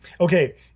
Okay